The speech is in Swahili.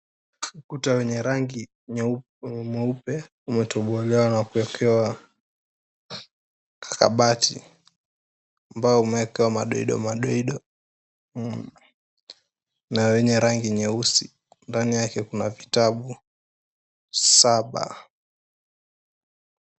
Ukuta wenye rangi ya nyeupe umetobolewa na kuwekewa kabati ambayo inamadoido madoido na rangi ya nyeusi, ndani yake kuna vitabu saba.